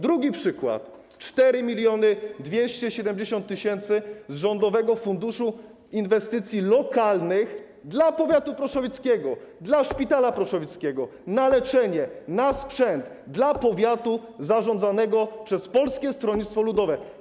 Drugi przykład: 4270 tys. z Rządowego Funduszu Inwestycji Lokalnych dla powiatu proszowickiego, dla szpitala proszowickiego na leczenie, na sprzęt, dla powiatu zarządzanego przez Polskie Stronnictwo Ludowe.